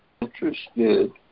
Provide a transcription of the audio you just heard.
interested